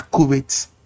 accurate